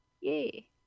Yay